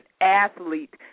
athlete